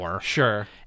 Sure